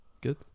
good